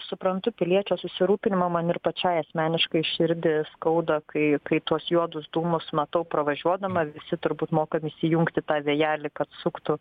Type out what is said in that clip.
suprantu piliečio susirūpinimą man ir pačiai asmeniškai širdį skauda kai kai tuos juodus dūmus matau pravažiuodama visi turbūt mokam prisijungti tą vėjelį kad suktų